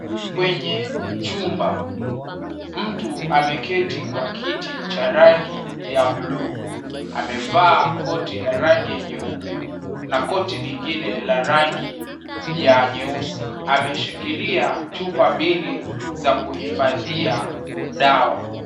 Kwenye chumba, mtu ameketi kwa kiti cha rangi ya bluu. Amevaa koti la rangi ya nyeupe na koti lingine la rangi ya nyeusi. Ameshikilia chupa mbili za kuhifadhia dawa.